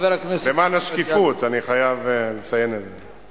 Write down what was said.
למען השקיפות אני חייב לציין את זה.